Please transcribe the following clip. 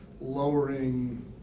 lowering